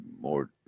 more